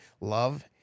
love